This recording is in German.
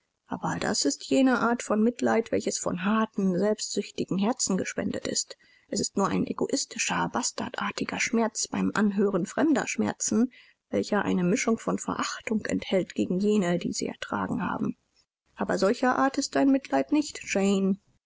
aber das ist jene art von mitleid welches von harten selbstsüchtigen herzen gespendet wird es ist nur ein egoistischer bastardartiger schmerz beim anhören fremder schmerzen welcher eine mischung von verachtung enthält gegen jene die sie ertragen haben aber solcher art ist dein mitleid nicht